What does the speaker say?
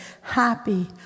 happy